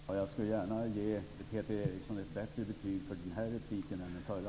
Fru talman! Jag skall gärna ge Peter Eriksson ett bättre betyg för denna replik än för den förra.